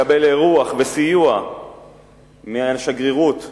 מקבל אירוח וסיוע מהשגרירות בלוס-אנג'לס,